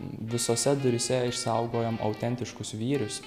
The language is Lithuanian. visose duryse išsaugojom autentiškus vyrius